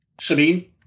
Sabine